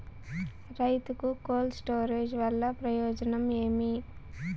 రైతుకు cold storage వల్ల ప్రయోజనం ఏమి?